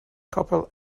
couple